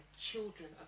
children